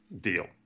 deal